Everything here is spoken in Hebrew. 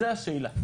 זו השאלה.